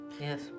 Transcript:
Yes